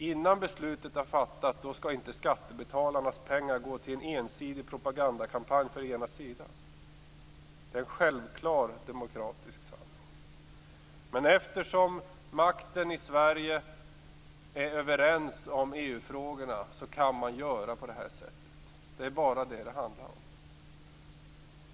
Innan beslutet är fattat skall inte skattebetalarnas pengar gå till en ensidig propagandakampanj för den ena inställningen. Det är en självklar demokratisk sanning. Eftersom makten i Sverige är överens i EU frågorna går det att göra så. Det är bara det det hela handlar om.